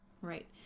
right